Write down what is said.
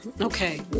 Okay